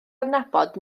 adnabod